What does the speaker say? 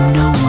no